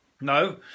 No